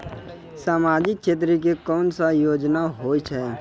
समाजिक क्षेत्र के कोन सब योजना होय छै?